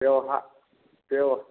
त्यौहा त्यौ